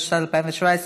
התשע"ז 2017,